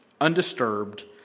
undisturbed